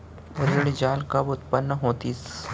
ऋण जाल कब उत्पन्न होतिस?